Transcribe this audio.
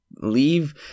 leave